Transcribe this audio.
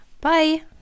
Bye